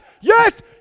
yes